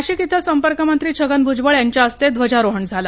नाशिक इथ संपर्कमंत्री छगन भुजबळ यांच्या हस्ते ध्वजारोहण झालं